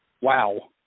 Wow